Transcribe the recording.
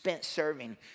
serving